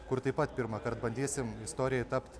kur taip pat pirmąkart bandysim istorijoj tapt